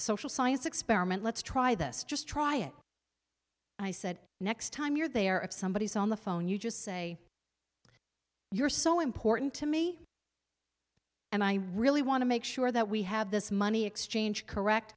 social science experiment let's try this just try it and i said next time you're there if somebody is on the phone you just say you're so important to me and i really want to make sure that we have this money exchange correct